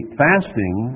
fasting